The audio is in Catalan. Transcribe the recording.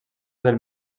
del